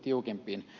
kysynkin